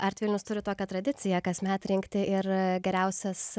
art vilnius turi tokią tradiciją kasmet rinkti ir geriausias